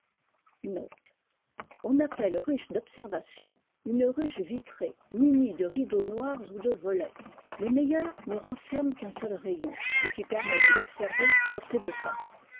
on appelle ruche d observation une ruche vitrée mu nie de rideaux noirs ou de volets les meilleures ne renferment qu'un seul rayon ce qui permet de l'observer sur ses deux faces